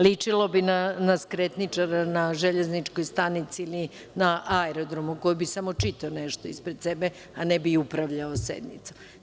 Ličilo bi na skretničara na železničkoj stanici ili na aerodromu, koji bi samo čitao nešto ispred sebe, a ne bi upravljao sednicom.